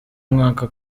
mwaka